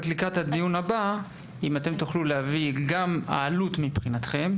לקראת הדיון הבא אם תוכלו להביא גם את עלות השינוי מבחינתכם,